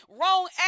wrong